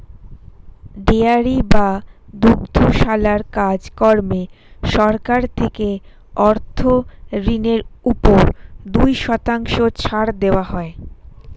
dairy বা দুগ্ধশালার কাজ কর্মে সরকার থেকে অর্থ ঋণের উপর দুই শতাংশ ছাড় দেওয়া হয়